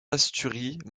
asturies